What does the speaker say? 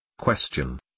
Question